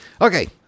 Okay